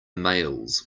mails